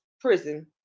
prison